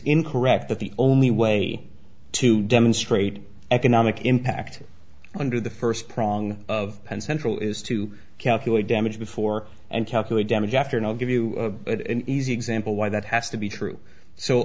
incorrect that the only way to demonstrate economic impact under the first prong of penn central is to calculate damage before and calculate damage after and i'll give you an easy example why that has to be true so